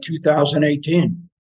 2018